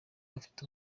afite